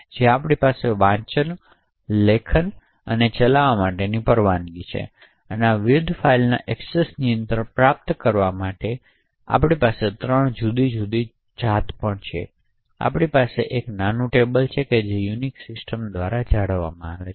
જ્યાં આપણી પાસે વાંચવાની લખવાની અને ચલાવવા માટેની પરવાનગી છે અને આ વિવિધ ફાઇલોના એક્સેસ નિયંત્રણને પ્રાપ્ત કરવા માટે આપણી પાસે ત્રણ જુદી જુદી જાતો પણ છે આપણી પાસે એક નાનું ટેબલ છે જે યુનિક્સ સિસ્ટમ દ્વારા જાળવવામાં આવે છે